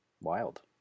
Wild